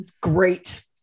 great